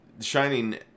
Shining